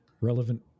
relevant